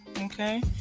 okay